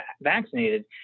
vaccinated